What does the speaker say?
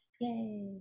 Yay